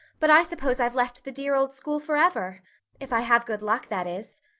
but i suppose i've left the dear old school forever if i have good luck, that is.